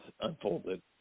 unfolded